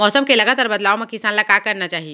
मौसम के लगातार बदलाव मा किसान ला का करना चाही?